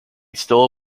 still